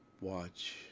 watch